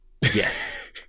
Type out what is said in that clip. yes